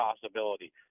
possibility